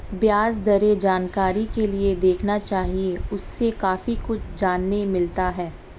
ब्याज दरें जानकारी के लिए देखना चाहिए, उससे काफी कुछ जानने मिलता है